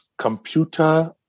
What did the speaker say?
Computer